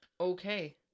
Okay